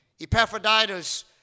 Epaphroditus